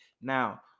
Now